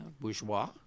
Bourgeois